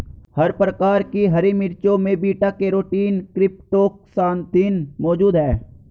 हर प्रकार की हरी मिर्चों में बीटा कैरोटीन क्रीप्टोक्सान्थिन मौजूद हैं